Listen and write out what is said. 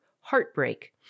Heartbreak